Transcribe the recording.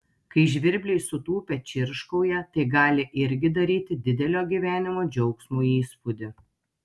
kai žvirbliai sutūpę čirškauja tai gali irgi daryti didelio gyvenimo džiaugsmo įspūdį